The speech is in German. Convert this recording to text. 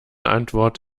antwort